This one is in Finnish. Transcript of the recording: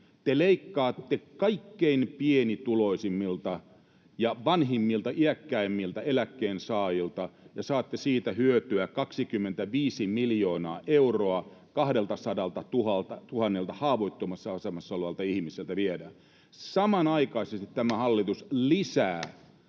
Te leikkaatte kaikkein pienituloisimmilta ja vanhimmilta, iäkkäimmiltä eläkkeensaajilta, ja saatte siitä hyötyä 25 miljoonaa euroa — 200 000:lta haavoittuvassa asemassa olevalta ihmiseltä viedään. Samanaikaisesti tämä hallitus lisää